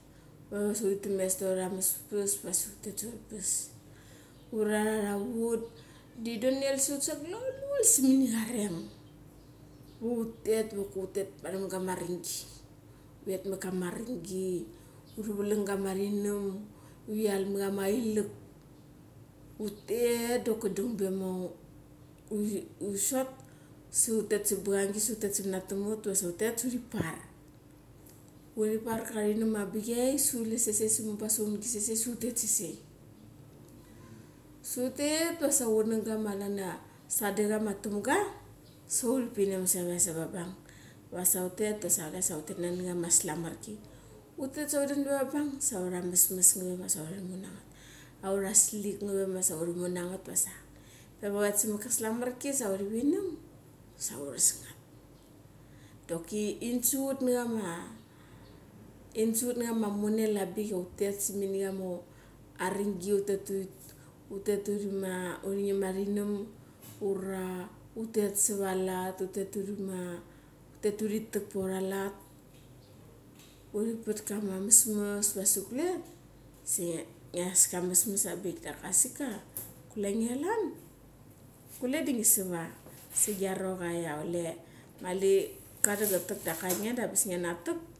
Ut sa uri themes tha ura mesmes da uri pes. Ura tha ra ut da taronel sa ut sa glaul sa minin areng. Va utet vatet mat kama aringi, varam ga ma aringi. Uri vlang ga ma arinam, uri lalma ka ma ilak, utet sa bangangi sa utet diva manatam ut, va sa utet da uri par. Uri par ka ainam arangbik, sa chule sesei wasik mubang sachaungi sesei sau tet sesei. Sa utet vasa chunanga ma klan ia ma sadecha ma atamga sa uri pinam sare savat. Vasa utet, vas kule sa utet nani kama slamarki utet sa udan ve va bang sa aura mesmes nga ve masa urumu na ngat. Aura slik nga ve ma sa urumu na ngat, pema uret samat ka slamar sa uri vunem sa uras ngat. Doki in suchut nachama, monel arangbik ia utet simini chama aringi, utet uri ngim arinam, ura utet savat alat, utet urima uri tak paura lat, uri pat kama messmess wasik kule dasik ngiaska amasmas arang bik. Da ka asik ka kulenge chlan, kule di ngi sva sigia rocha i kule mali cha da cha tak daka ainge da angabaes ngina tek.